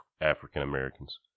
African-Americans